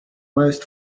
most